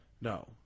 No